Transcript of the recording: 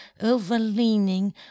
overleaning